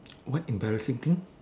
what embarrassing thing